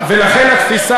בצבא.